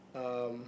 um